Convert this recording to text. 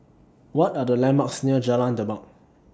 What Are The landmarks near Jalan Demak